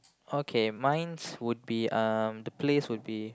okay mine's would be um the place would be